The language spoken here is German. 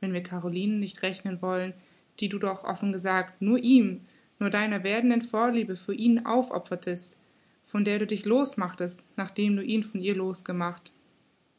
wenn wir carolinen nicht rechnen wollen die du doch offen gesagt nur ihm nur deiner werdenden vorliebe für ihn aufopfertest von der du dich los machtest nachdem du ihn von ihr los gemacht